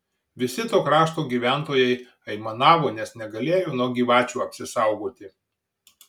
visi to krašto gyventojai aimanavo nes negalėjo nuo gyvačių apsisaugoti